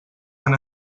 han